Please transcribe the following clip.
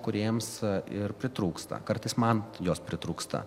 kūrėjams ir pritrūksta kartais man jos pritrūksta